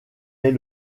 est